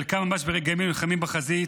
שחלקם ממש ברגעים אלה נלחמים בחזית.